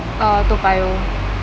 uh toa payoh